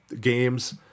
games